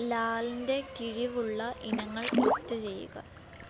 ലാൽന്റെ കിഴിവുള്ള ഇനങ്ങൾ ലിസ്റ്റ് ചെയ്യുക